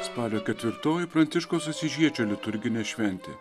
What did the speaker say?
spalio ketvirtoji pranciškaus asyžiečio liturginė šventė